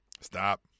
stop